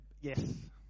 yes